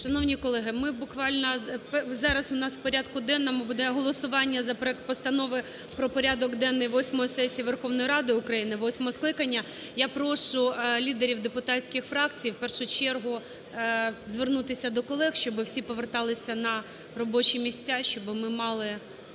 буквально, зараз у нас в порядку денному буде голосування за проект Постанови про порядок денний восьмої сесії Верховної Ради України восьмого скликання. Я прошу лідерів депутатських фракцій в першу чергу звернутися до колег, щоб всі поверталися на робочі місця, щоб ми мали